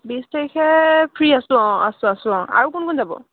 বিছ তাৰিখে ফ্ৰী আছোঁ অঁ আছোঁ আছোঁ অঁ আৰু কোন কোন যাব